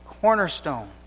cornerstone